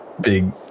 big